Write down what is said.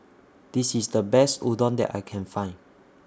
This IS The Best Udon that I Can Find